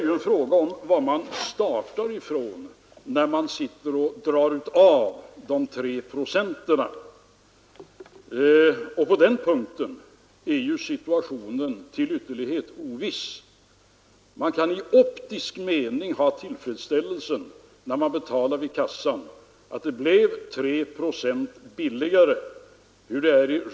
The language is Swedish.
Den kräver följsamhet och stark observation — det har sagts tidigare i dag och jag vill understryka det — för den händelse ytterligare anpassningsåtgärder blir erforderliga. Herr talman!